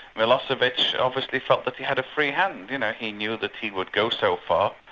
milosevic obviously felt that he had a free hand. you know, he knew that he would go so far,